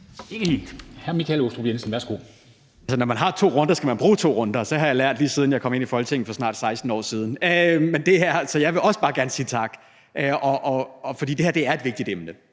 Kl. 11:01 Michael Aastrup Jensen (V): Når man har to runder, skal man bruge to runder. Det lærte jeg, da jeg kom i Folketinget for snart 16 år siden. Men jeg vil også bare sige tak, for det her er et vigtigt emne.